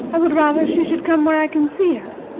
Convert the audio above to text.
i would rather she should come where i can see her,